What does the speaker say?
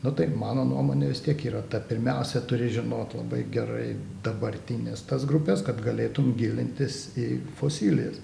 nu tai mano nuomonė vis tiek yra ta pirmiausia turi žinot labai gerai dabartines tas grupes kad galėtum gilintis į fosilijas